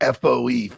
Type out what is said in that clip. FOE